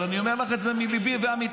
אבל אני אומר לך את זה מליבי ואמיתי,